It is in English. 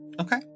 Okay